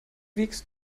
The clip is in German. wiegst